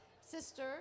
sister